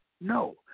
No